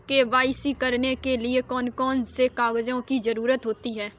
KYC करने के लिए कौन कौन से कागजों की जरूरत होती है?